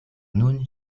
nun